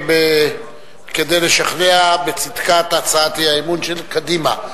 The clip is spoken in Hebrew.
כדי לשכנע בצדקת הצעת האי-אמון של קדימה.